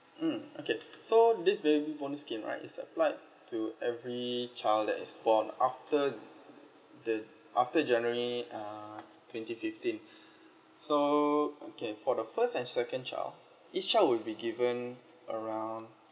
mm okay so this baby bonus scheme right it's applied to every child that is born after the after january uh twenty fifteen so okay for the first and second child each child will be given around